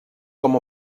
com